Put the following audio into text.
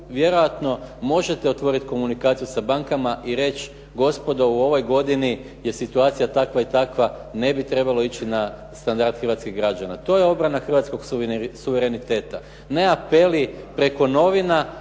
vjerojatno možete otvoriti komunikaciju sa bankama i reći gospodo u ovoj godini je situacija takva i takva, ne bi trebalo ići na standard hrvatskih građana. To je obrana hrvatskog suvereniteta. Ne apeli preko novine,